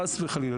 חלילה,